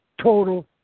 total